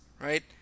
right